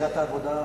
סיעת העבודה עובדת,